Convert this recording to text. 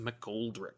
McGoldrick